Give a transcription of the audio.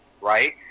right